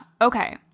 okay